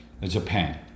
Japan